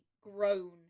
grown